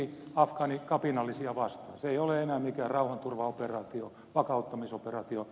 se ei ole enää mikään rauhanturvaoperaatio vakauttamisoperaatio